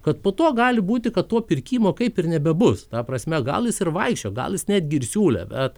kad po to gali būti kad to pirkimo kaip ir nebebus ta prasme gal jis ir vaikščiojo gal jis netgi ir siūlė bet